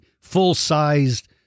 full-sized